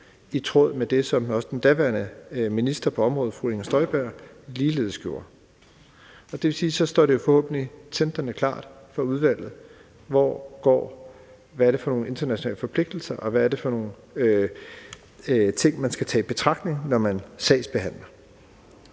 i tråd med det, som den daværende minister på området fru Inger Støjberg ligeledes gjorde. Det vil jo så sige, at det forhåbentlig står tindrende klart for udvalget, hvad det er for nogle internationale forpligtelser, og hvad det er for nogle ting, man skal tage i betragtning, når man sagsbehandler,